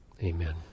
Amen